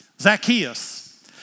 Zacchaeus